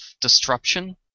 disruption